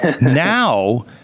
Now